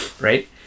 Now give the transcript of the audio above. right